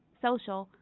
social,